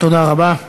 תודה רבה.